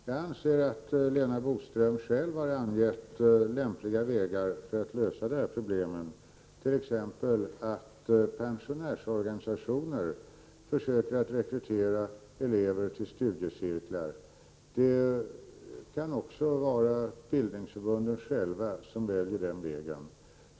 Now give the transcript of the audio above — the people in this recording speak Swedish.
Fru talman! Jag anser att Lena Boström själv har angett lämpliga vägar att lösa det här problemet, t.ex. att pensionärsorganisationerna försöker att rekrytera elever till studiecirklar. Bildningsförbunden själva kan också välja den vägen.